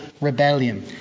rebellion